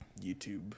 YouTube